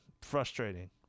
Frustrating